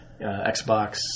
Xbox